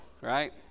right